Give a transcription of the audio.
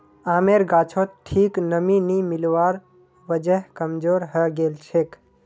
आमेर गाछोत ठीक नमीं नी मिलवार वजह कमजोर हैं गेलछेक